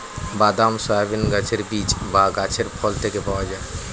বাদাম, সয়াবিন গাছের বীজ বা গাছের ফল থেকে পাওয়া যায়